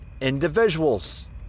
individuals